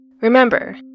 Remember